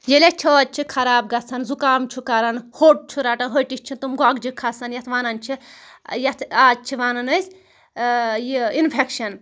ییٚلہِ اسہِ چھٲتۍ چھِ خراب گژھان زُکام چھُ کران ہوٚٹ چھُ رَٹان ہوٚٹِس چھِ تِم گۄگجہِ کھسان یَتھ وَنان چھِ ٲں یَتھ آز چھِ وَنان أسۍ ٲں یہِ اِنفیٚکشَن